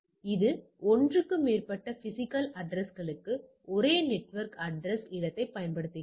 இது ஒன்றுக்கு மேற்பட்ட பிஸிக்கல் அட்ரஸ்களுக்கு ஒரே நெட்வொர்க் அட்ரஸ் இடத்தைப் பயன்படுத்துகிறது